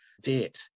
debt